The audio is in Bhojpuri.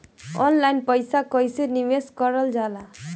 ऑनलाइन पईसा कईसे निवेश करल जाला?